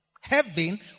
Heaven